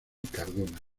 cardona